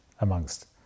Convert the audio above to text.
amongst